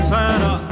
Santa